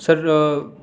سر